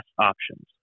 options